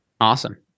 Awesome